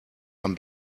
ein